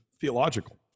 theological